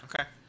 Okay